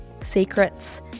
secrets